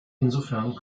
insofern